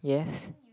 yes